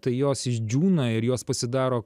tai jos išdžiūna ir jos pasidaro